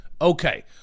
Okay